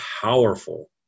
powerful